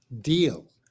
deal